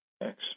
Thanks